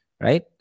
Right